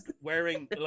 wearing